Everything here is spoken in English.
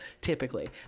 typically